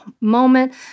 moment